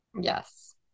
Yes